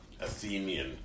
Athenian